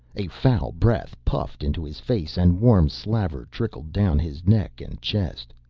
a foul breath puffed into his face and warm slaver trickled down his neck and chest.